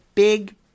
Big